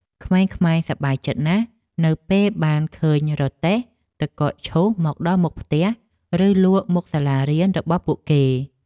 ក្មេងៗសប្បាយចិត្តណាស់នៅពេលបានឃើញរទេះទឹកកកឈូសមកដល់មុខផ្ទះឬមុខសាលារៀនរបស់ពួកគេ។